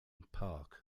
park